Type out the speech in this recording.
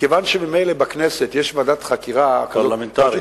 מכיוון שממילא בכנסת יש ועדת חקירה, פרלמנטרית.